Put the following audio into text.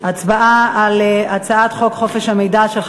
הצבעה על הצעת חוק חופש המידע (תיקון,